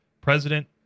president